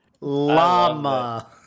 Llama